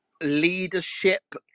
Leadership